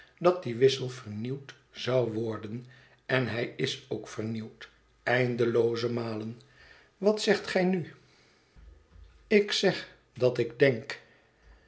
dat die wissel vernieuwd zou worden en hij is ook vernieuwd eindelooze malen wat zegt gij nu ik zeg dat ik denk